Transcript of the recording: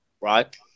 right